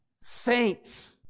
saints